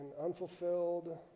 unfulfilled